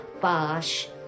bosh